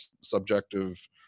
subjective –